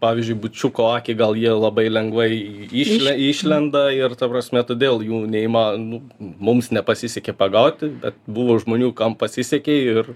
pavyzdžiui bučiuko akį gal jie labai lengvai išle išlenda ir ta prasme todėl jų neįma nu mums nepasisekė pagauti bet buvo žmonių kam pasisekė ir